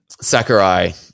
Sakurai